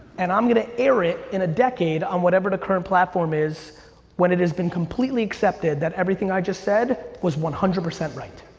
and i'm gonna air it, in a decade on whatever the current platform is when it has been completely accepted that everything i just said was one hundred percent right.